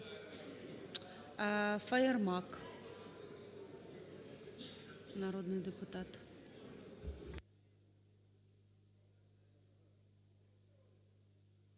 Фаєрмарк народний депутат.